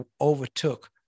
overtook